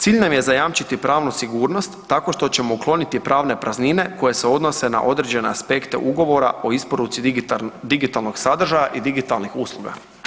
Cilj nam je zajamčiti pravnu sigurnost tako što ćemo ukloniti pravne praznine koje se odnose na određene aspekte ugovora o isporuci digitalnog sadržaja i digitalnih usluga.